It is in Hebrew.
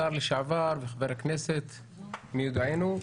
השר לשעבר וחבר הכנסת מיודענו,